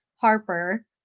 Harper